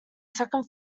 second